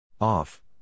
Off